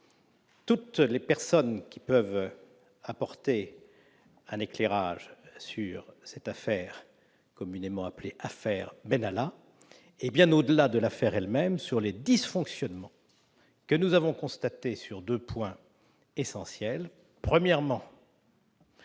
toutes les personnes qui peuvent apporter un éclairage sur l'affaire communément appelée « affaire Benalla » et, bien au-delà, sur les dysfonctionnements que nous avons constatés sur deux points essentiels : premièrement,